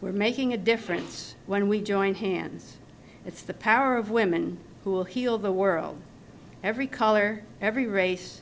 we're making a difference when we join hands it's the power of women who will heal the world every color every race